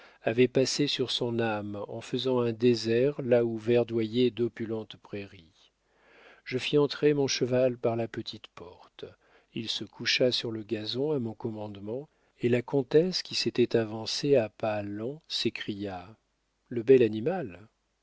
avait passé sur son âme en faisant un désert là où verdoyaient d'opulentes prairies je fis entrer mon cheval par la petite porte il se coucha sur le gazon à mon commandement et la comtesse qui s'était avancée à pas lents s'écria le bel animal